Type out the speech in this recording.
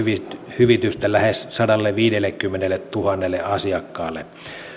hyvitystä lähes sadalleviidellekymmenelletuhannelle asiakkaalle